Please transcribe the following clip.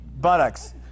buttocks